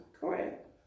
Correct